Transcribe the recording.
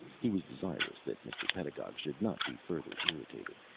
he was desirous that mr. pedagog should not be further irritated.